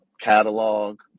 catalog